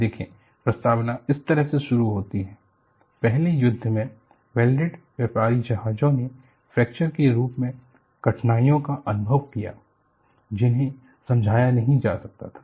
देखें प्रस्तावना इस तरह से शुरू होती हैपहले युद्ध में वेल्डेड व्यापारी जहाजों ने फ्रैक्चर के रूप में कठिनाइयों का अनुभव किया जिन्हें समझाया नहीं जा सकता था